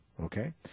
Okay